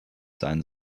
sein